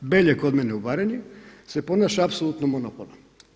Belje kod mene u Baranji se ponaša apsolutno monopolno.